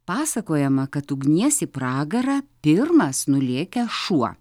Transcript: pasakojama kad ugnies į pragarą pirmas nulėkęs šuo